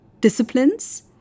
disciplines